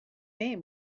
aim